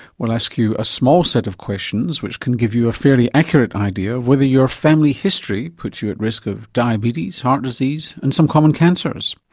we'll ask you a small set of questions which can give you a fairly accurate idea of whether your family history puts you at risk of diabetes, heart disease and some common cancers.